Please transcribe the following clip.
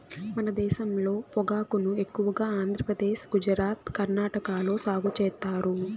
మన దేశంలో పొగాకును ఎక్కువగా ఆంధ్రప్రదేశ్, గుజరాత్, కర్ణాటక లో సాగు చేత్తారు